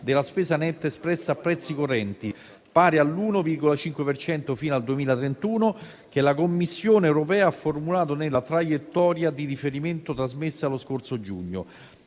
della spesa netta espressa a prezzi correnti, pari all'1,5 per cento fino al 2031, che la Commissione europea ha formulato nella traiettoria di riferimento trasmessa lo scorso giugno.